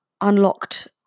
unlocked